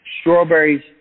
strawberries